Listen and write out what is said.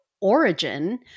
origin